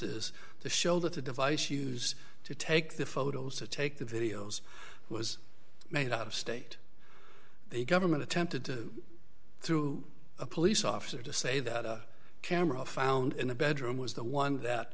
the device used to take the photos to take the videos was made out of state the government attempted to through a police officer to say that a camera found in the bedroom was the one that